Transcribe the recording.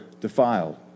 defiled